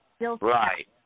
right